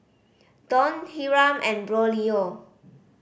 Dawn Hiram and Braulio